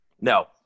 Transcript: No